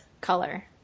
color